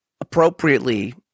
appropriately